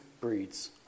breeds